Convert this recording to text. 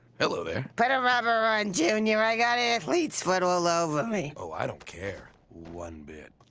hello there! put a rubber on junior, i got athletes foot all over me. oh i don't care one bit.